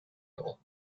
law